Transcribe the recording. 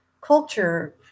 culture